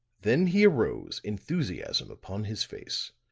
then he arose, enthusiasm upon his face.